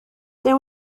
there